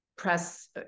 press